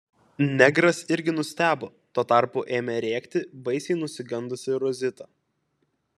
negras irgi nustebo tuo tarpu ėmė rėkti baisiai nusigandusi rozita